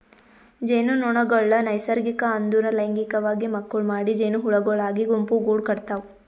ಜೇನುನೊಣಗೊಳ್ ನೈಸರ್ಗಿಕ ಅಂದುರ್ ಲೈಂಗಿಕವಾಗಿ ಮಕ್ಕುಳ್ ಮಾಡಿ ಜೇನುಹುಳಗೊಳಾಗಿ ಗುಂಪುಗೂಡ್ ಕಟತಾವ್